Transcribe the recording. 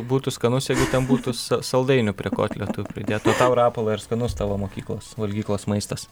būtų skanus jeigu ten būtų sa saldainių prie kotletų pridėtų o tau rapolai ar skanus tavo mokyklos valgyklos maistas